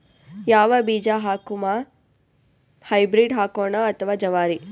ಯಾವ ಬೀಜ ಹಾಕುಮ, ಹೈಬ್ರಿಡ್ ಹಾಕೋಣ ಅಥವಾ ಜವಾರಿ?